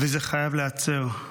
זה חייב להיעצר.